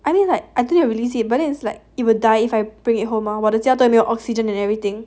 I mean like I don't need to release it but then it's like it will die if I bring it home 吗我的家没有 oxygen and everything